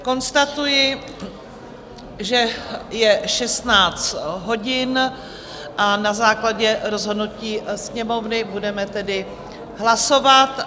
Konstatuji, že je 16 hodin, a na základě rozhodnutí Sněmovny budeme tedy hlasovat.